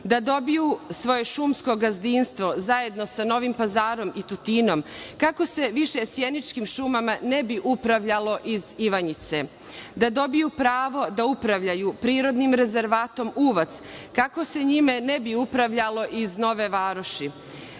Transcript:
da dobiju svoje šumsko gazdinstvo, zajedno sa Novim Pazarom i Tutinom, kako se više sjeničkim šumama ne bi upravljalo iz Ivanjice? Zatim, da dobiju pravo da upravljaju Prirodnim rezervatom Uvac, kako se njime ne bi upravljalo iz Nove Varoši?